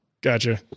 Gotcha